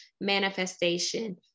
manifestation